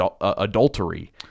adultery